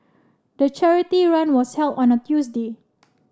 the charity run was held on a Tuesday